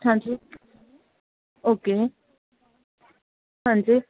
ਹਾਂਜੀ ਓਕੇ ਹਾਂਜੀ